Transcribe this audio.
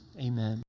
amen